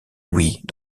louis